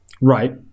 Right